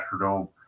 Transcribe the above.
Astrodome